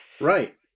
Right